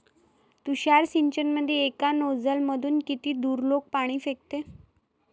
तुषार सिंचनमंदी एका नोजल मधून किती दुरलोक पाणी फेकते?